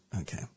Okay